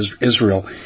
Israel